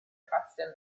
custom